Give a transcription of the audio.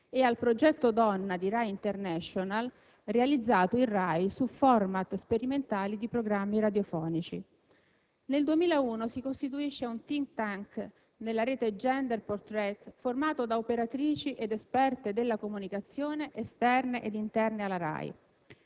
e al «Progetto donna» di RAI International, realizzato in RAI su *format* sperimentali di programmi radiofonici. Nel 2001 si costituisce un *think tank* nella rete *Gender Portrait*, formato da operatrici ed esperte della comunicazione esterne ed interne alla RAI.